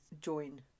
join